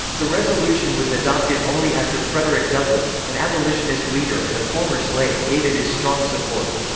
the resolution was adopted only after frederick douglass, an abolitionist leader and a former slave, gave it his strong support.